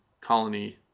colony